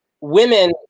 Women